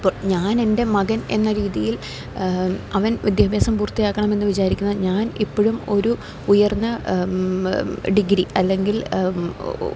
ഇപ്പോൾ ഞാൻ എൻ്റെ മകൻ എന്ന രീതിയിൽ അവൻ വിദ്യാഭ്യാസം പൂർത്തിയാക്കണമെന്നു വിചാരിക്കുന്നത് ഞാൻ ഇപ്പോഴും ഒരു ഉയർന്ന ഡിഗ്രി അല്ലെങ്കിൽ